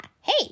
Hey